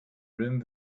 rim